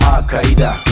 Al-Qaeda